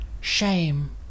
Shame